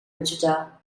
wichita